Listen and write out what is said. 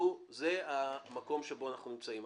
זה המקום שבו אנחנו נמצאים.